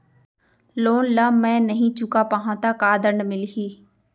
Loan ला मैं नही चुका पाहव त का दण्ड मिलही?